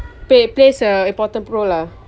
pay plays an important role e~